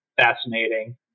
fascinating